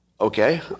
Okay